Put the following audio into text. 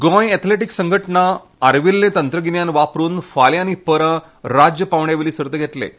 Goa athletic संघटना आर्विल्लें तंत्रगिन्यान वापरून फाल्यां आनी परां राज्य पांवड्या वयली सर्त घेतलें